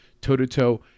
toe-to-toe